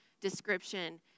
description